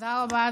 תודה רבה.